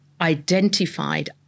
identified